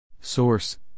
Source